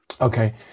Okay